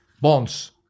bonds